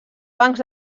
bancs